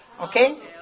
okay